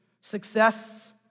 success